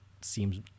seems